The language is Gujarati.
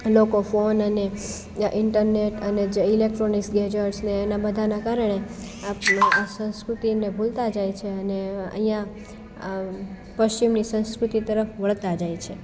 લોકો ફોન અને ઈન્ટરનેટ અને જે ઈલેક્ટ્રોનિક્સ ગેજટસને એના બધાના કારણે આપણે આ સંસ્કૃતિને ભૂલતા જાઈ છી અને અહીંયા આ પશ્ચિમની સંસ્કૃતિ તરફ વળતા જાય છે